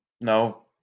No